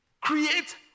create